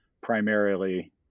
primarily